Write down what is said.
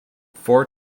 four